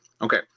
okay